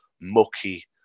mucky